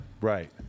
Right